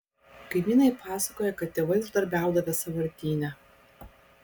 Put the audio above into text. kaimynai pasakoja kad tėvai uždarbiaudavę sąvartyne